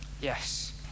Yes